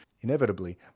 Inevitably